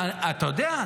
אתה יודע,